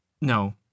no